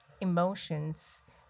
emotions